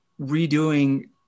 redoing